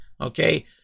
Okay